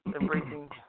embracing